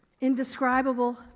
indescribable